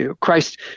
Christ